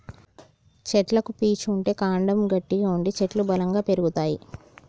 చెట్లకు పీచు ఉంటే కాండము గట్టిగా ఉండి చెట్లు బలంగా పెరుగుతాయి